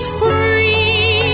free